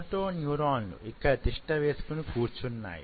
Moto న్యూరాన్లు ఇక్కడ తిష్ట వేసుకుని కూర్చున్నాయి